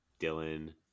Dylan